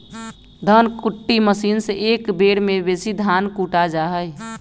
धन कुट्टी मशीन से एक बेर में बेशी धान कुटा जा हइ